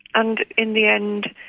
and in the end,